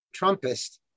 Trumpist